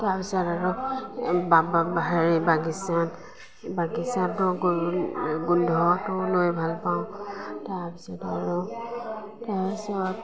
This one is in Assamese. তাৰপিছত আৰু হেৰি বাগিচাত বাগিচাটো গো গোন্ধটো লৈ ভাল পাওঁ তাৰপিছত আৰু তাৰপিছত